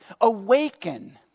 awaken